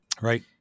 Right